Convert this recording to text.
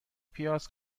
پیاز